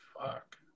Fuck